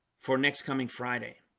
for next coming friday